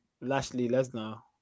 Lashley-Lesnar